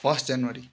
first January